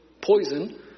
poison